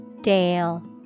Dale